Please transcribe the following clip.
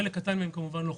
חלק קטן מהם הוא לא חוקי.